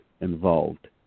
involved